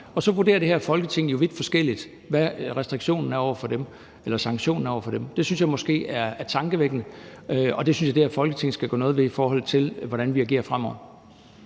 Så det her Folketing vurderer jo vidt forskelligt, hvad sanktionen er over for dem. Det synes jeg måske er tankevækkende, og det synes jeg det her Folketing skal gøre noget ved, i forhold til hvordan vi agerer fremover.